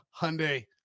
Hyundai